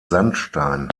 sandstein